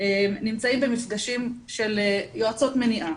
נמצאים במפגשים של יועצות מניעה,